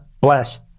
bless